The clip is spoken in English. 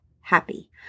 happy